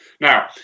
Now